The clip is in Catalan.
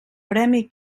premi